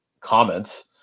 comments